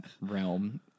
realm